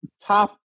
top